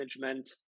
management